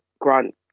grant